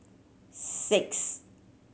six